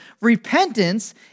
repentance